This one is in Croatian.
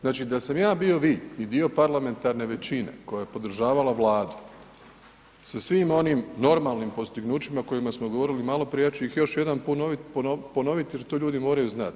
Znači da sam ja bio vi i dio parlamentarne većine koja je podržavala vladu sa svim onim normalnim postignućima o kojima smo govorili maloprije, ja ću ih još jednom ponoviti jer to ljudi moraju znati.